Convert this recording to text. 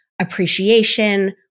Appreciation